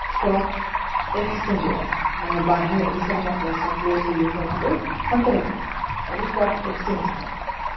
stock ᱮᱠᱥᱪᱮᱧᱡᱚᱜᱼᱟ ᱢᱟᱱᱮ ᱵᱟᱨᱦᱮ ᱫᱤᱥᱚᱢ ᱨᱮᱱᱟᱜ ᱯᱚᱭᱥᱟ ᱠᱚ ᱤᱭᱟᱹ ᱠᱚ ᱦᱟᱱᱛᱮ ᱱᱟᱛᱮᱜᱼᱟ ᱟᱫᱚ ᱥᱴᱚᱠ ᱮᱠᱥᱪᱮᱧᱡᱽ ᱠᱟᱱᱟ